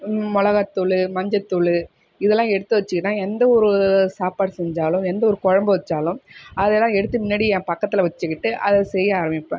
மிளகாத்தூளு மஞ்சத்தூள் இதெல்லாம் எடுத்து வச்சுக்கிட்டால் எந்தவொரு சாப்பாடு செஞ்சாலும் எந்தவொரு குழம்பு வச்சாலும் அதெல்லாம் எடுத்து முன்னடியே என் பக்கத்தில் வச்சுக்கிட்டு அதை செய்ய ஆரமிப்பேன்